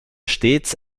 stets